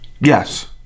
Yes